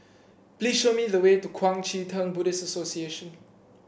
please show me the way to Kuang Chee Tng Buddhist Association